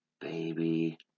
baby